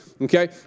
Okay